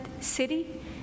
city